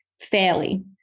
fairly